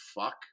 fuck